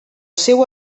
seu